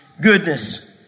goodness